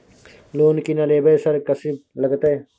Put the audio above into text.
Loan की ना लेबय सर कि सब लगतै?